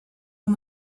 and